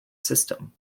system